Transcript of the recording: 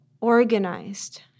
organized